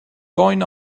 going